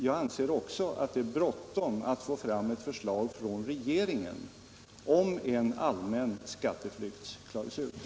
Jag anser också att det är bråttom att få fram ett förslag från regeringen om en allmän skatteflyktsklausul.